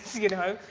you know,